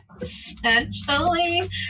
essentially